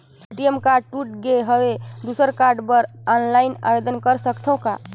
ATM card टूट गे हववं दुसर कारड बर ऑनलाइन आवेदन कर सकथव का?